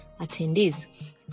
attendees